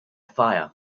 fire